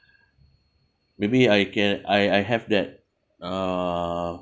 maybe I can I I have that uh